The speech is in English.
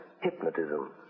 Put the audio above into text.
hypnotism